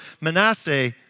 Manasseh